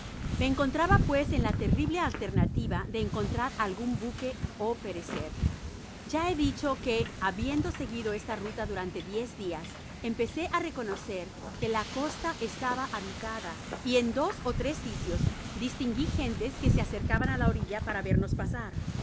me encontraba pues en la terrible alternativa de encontrar algun buque ó perecer ya he dicho que habiendo seguido esta ruta durante diez dias empecé á reconocer que la costa estaba habitada y en dos ó tres sitios distingui gentes que se acercaban á la orilla para vernos pasar no